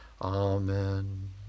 Amen